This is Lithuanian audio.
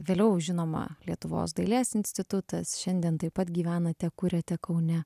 vėliau žinoma lietuvos dailės institutas šiandien taip pat gyvenate kuriate kaune